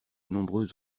nombreux